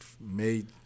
made